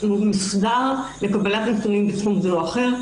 מסודר לקבלת נתונים בתחום זה או אחר.